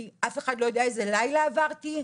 אף אחד לא יודע איזה לילה אני עברתי,